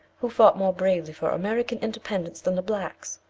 who fought more bravely for american independence than the blacks?